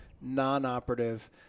non-operative